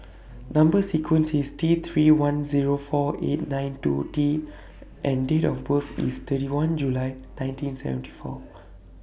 Number sequence IS T three one Zero four eight nine two T and Date of birth IS thirty one July nineteen seventy four